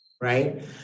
Right